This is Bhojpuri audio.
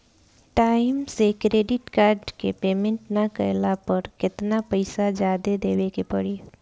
टाइम से क्रेडिट कार्ड के पेमेंट ना कैला पर केतना पईसा जादे देवे के पड़ी?